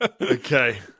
okay